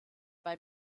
bei